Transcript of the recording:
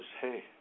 hey